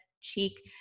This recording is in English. cheek